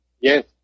Yes